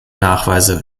nachweise